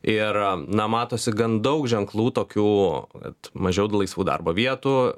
ir na matosi gan daug ženklų tokių kad mažiau laisvų darbo vietų